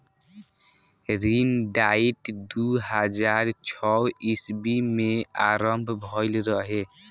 ऋण डाइट दू हज़ार छौ ईस्वी में आरंभ भईल रहे